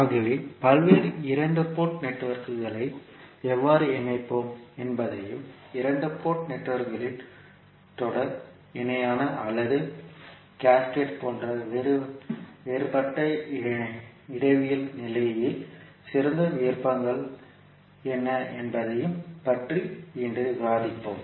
ஆகவே பல்வேறு இரண்டு போர்ட் நெட்வொர்க்குகளை எவ்வாறு இணைப்போம் என்பதையும் இரண்டு போர்ட் நெட்வொர்க்குகளின் தொடர் இணையான அல்லது அடுக்கு போன்ற வேறுபட்ட இடவியல் நிலையில் சிறந்த விருப்பங்கள் என்ன என்பதையும் பற்றி இன்று விவாதிப்போம்